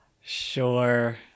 sure